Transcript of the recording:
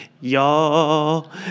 y'all